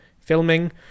filming